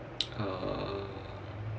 uh